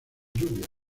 lluvias